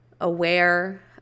aware